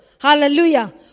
Hallelujah